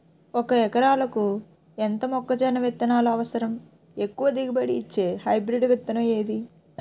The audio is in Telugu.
ఒక ఎకరాలకు ఎంత మొక్కజొన్న విత్తనాలు అవసరం? ఎక్కువ దిగుబడి ఇచ్చే హైబ్రిడ్ విత్తనం ఏది?